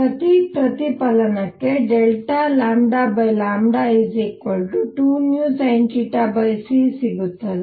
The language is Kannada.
ಪ್ರತಿ ಪ್ರತಿಫಲನಕ್ಕೆ Δλ 2vsinθc ಸಿಗುತ್ತದೆ